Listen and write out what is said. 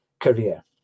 career